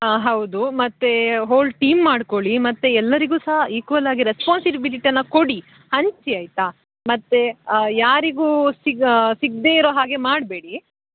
ಹಾಂ ಹೌದು ಮತ್ತು ಹೋಲ್ ಟೀಮ್ ಮಾಡ್ಕೊಳ್ಳಿ ಮತ್ತು ಎಲ್ಲರಿಗೂ ಸಹ ಈಕ್ವಲ್ ಆಗಿ ರೆಸ್ಪಾನ್ಸಿಬಿಲಿಟಿಯನ್ನು ಕೊಡಿ ಹಂಚಿ ಆಯಿತಾ ಮತ್ತು ಯಾರಿಗೂ ಸಿಗ್ ಸಿಗದೆ ಇರೋ ಹಾಗೆ ಮಾಡಬೇಡಿ